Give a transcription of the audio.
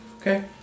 Okay